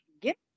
get